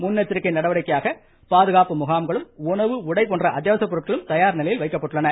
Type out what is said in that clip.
முன்னெச்சரிக்கை நடவடிக்கையாக பாதுகாப்பு முகாம்களும் உணவு உடை போன்ற அத்யாவசிய பொருட்களும் தயார்நிலையில் வைக்கப்பட்டுள்ளன